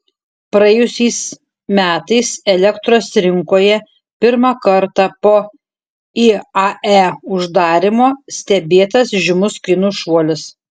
praėjusiais metais elektros rinkoje pirmą kartą po iae uždarymo stebėtas žymus kainų šuolis